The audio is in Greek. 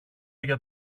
για